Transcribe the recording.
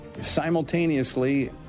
simultaneously